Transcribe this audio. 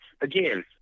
again